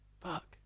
fuck